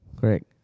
Correct